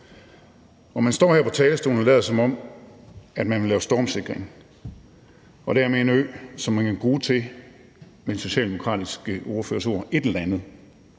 Man står her på talerstolen og lader, som om man vil lave stormsikring og dermed en ø, som man med den socialdemokratiske ordførers ord